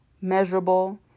measurable